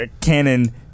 canon